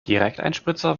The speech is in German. direkteinspritzer